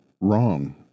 wrong